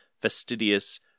fastidious